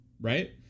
right